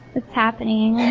it's happening.